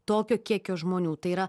tokio kiekio žmonių tai yra